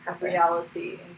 reality